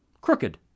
Crooked